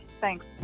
thanks